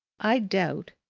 i doubt,